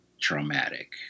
traumatic